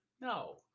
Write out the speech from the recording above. No